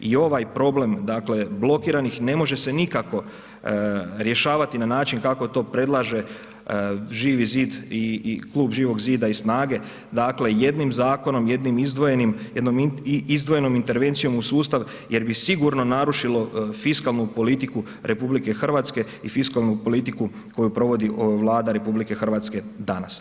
I ovaj problem, dakle blokiranih ne može se nikako rješavati na način kako to predlaže Živi zid i klub Živog zida i SNAGA-e, dakle jednim zakonom, jednim izdvojenim, jednom izdvojenom intervencijom u sustav jer bi sigurno narušilo fiskalnu politiku RH i fiskalnu politiku koju provodi Vlada RH danas.